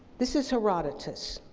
this is herodotus.